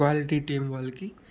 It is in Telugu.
క్వాలిటీ టీమ్ వాళ్ళకి